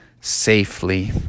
safely